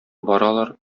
баралар